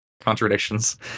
contradictions